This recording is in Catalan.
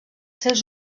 seus